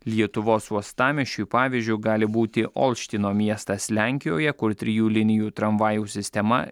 lietuvos uostamiesčiui pavyzdžiu gali būti olštyno miestas lenkijoje kur trijų linijų tramvajų sistema